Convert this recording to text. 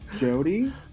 Jody